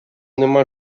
нема